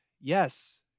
yes